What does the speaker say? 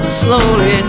slowly